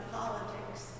politics